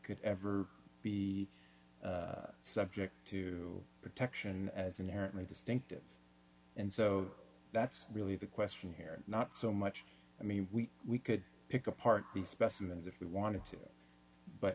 could ever be subject to protection as inherently distinctive and so that's really the question here not so much i mean we we could pick apart the specimens if we wanted to but